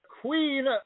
Queen